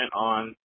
on